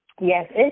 Yes